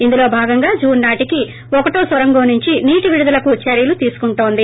ఇందులో భాగంగా జూన్ నాటికి ఒకటో సొరంగం నొంచి నీటి వీడుదలకు చర్కలు తీసుకుంటోంది